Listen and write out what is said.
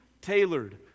tailored